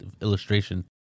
illustration